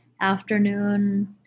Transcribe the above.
afternoon